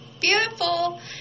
beautiful